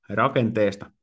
rakenteesta